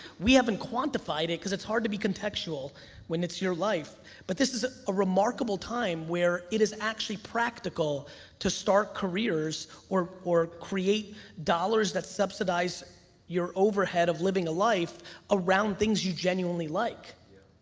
we haven't quantified it cause it's hard to be contextual when it's your life but this is a remarkable time where it is actually practical to start careers or or create dollars that subsidize your overhead of living a life around things you genuinely like.